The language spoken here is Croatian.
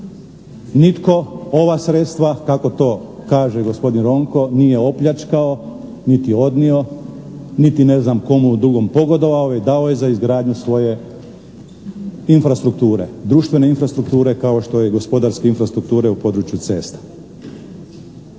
nitko ova sredstva kako to kaže gospodin Ronko, nije opljačkao niti odnio niti ne znam komu drugom pogodovao. Dao je za izgradnju svoje infrastrukture, društvene infrastrukture kao što je gospodarska infrastrukture u području cesta.